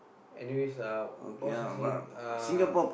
anyways uh what was I saying uh